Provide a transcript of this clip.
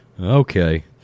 Okay